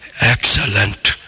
excellent